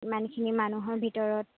ইমানখিনি মানুহৰ ভিতৰত